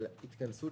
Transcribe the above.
אבל התכנסות